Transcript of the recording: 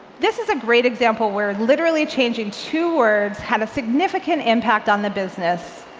this is a great example, where literally changing two words had a significant impact on the business.